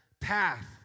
path